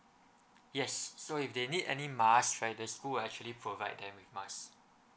yes so if they need any mask right the school will actually provide them with mask